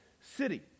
city